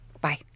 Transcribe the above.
Bye